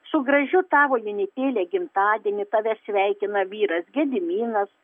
su gražiu tavo jonytėlė gimtadienį tave sveikina vyras gediminas